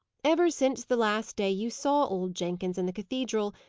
ever since the last day you saw old jenkins in the cathedral,